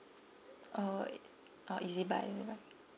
oh uh ezbuy ezbuy